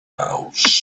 house